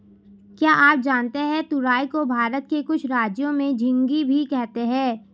क्या आप जानते है तुरई को भारत के कुछ राज्यों में झिंग्गी भी कहते है?